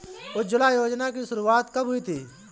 उज्ज्वला योजना की शुरुआत कब हुई थी?